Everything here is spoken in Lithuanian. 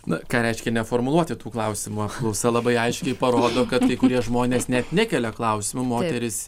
na ką reiškia neformuluoti tų klausimų apklausa labai aiškiai parodo kad kai kurie žmonės net nekelia klausimų moteris